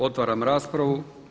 Otvaram raspravu.